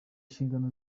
inshingano